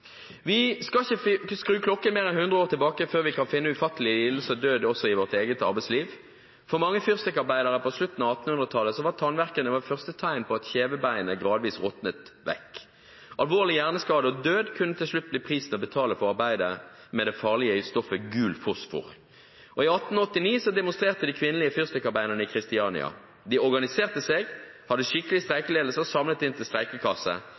Vi skal ikke skru klokken mer enn 100 år tilbake for å finne ufattelige lidelser og død også i vårt eget arbeidsliv. For mange fyrstikkarbeidere på slutten av 1800-tallet var tannverk et første tegn på at kjevebeinet gradvis råtnet vekk. Alvorlig hjerneskade og død kunne til slutt bli prisen å betale for arbeidet med det farlige stoffet gult fosfor. I 1889 demonstrerte de kvinnelige fyrstikkarbeiderne i Kristiania. De organiserte seg, hadde skikkelig streikeledelse og samlet inn til streikekasse.